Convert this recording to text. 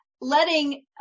letting